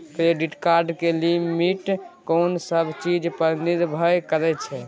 Credit card के limit कोन सब चीज पर निर्भर करै छै?